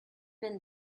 been